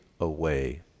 away